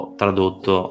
tradotto